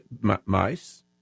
mice